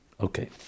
Okay